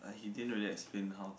like he didn't really explain how